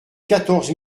quatorze